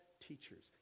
teachers